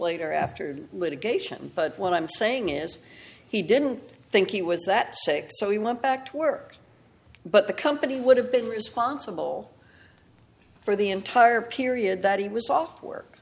later after litigation but what i'm saying is he didn't think he was that sick so he went back to work but the company would have been responsible for the entire period that he was off work